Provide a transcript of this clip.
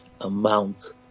amount